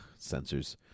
Sensors